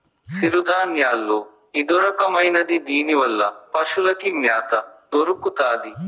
సిరుధాన్యాల్లో ఇదొరకమైనది దీనివల్ల పశులకి మ్యాత దొరుకుతాది